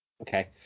okay